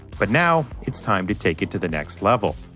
but now it's time to take it to the next level.